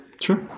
sure